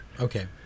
Okay